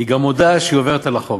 היא גם מודה שהיא עוברת על החוק.